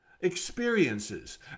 experiences